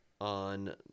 on